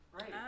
Right